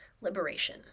liberation